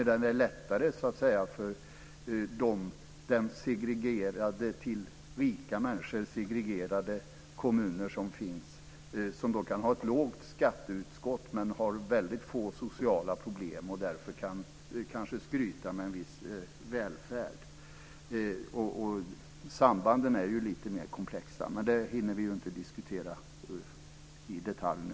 Däremot är det lättare för de till rika människor segregerade kommuner som finns som kan ha en låg skattekvot men som har väldigt få sociala problem och därför kanske kan skryta med en viss välfärd. Sambanden är alltså lite mer komplexa, men det hinner vi inte diskutera i detalj nu.